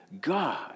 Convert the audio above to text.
God